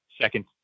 second